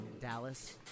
Dallas